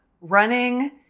running